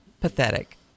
pathetic